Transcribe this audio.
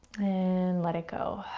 and let it go.